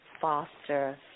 foster